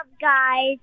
guys